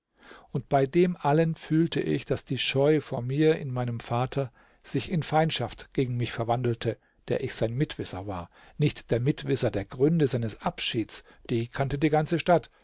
und bei dem allen fühlte ich daß die scheu vor mir in meinem vater sich in feindschaft gegen mich verwandelte der ich sein mitwisser war nicht der mitwisser der gründe seines abschieds die kannte die ganze stadt